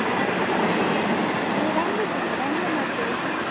हजुर उ राम्रो छ नि राम्रो नाच्दो रहेछ